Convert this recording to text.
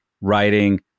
writing